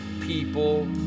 people